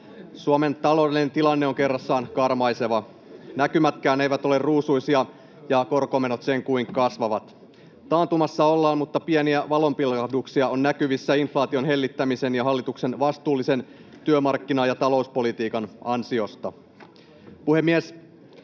Suomen taloudellinen tilanne on kerrassaan karmaiseva. Näkymätkään eivät ole ruusuisia, ja korkomenot sen kuin kasvavat. Taantumassa ollaan, mutta pieniä valonpilkahduksia on näkyvissä inflaation hellittämisen ja hallituksen vastuullisen työmarkkina- ja talouspolitiikan ansiosta.